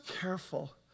careful